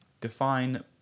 define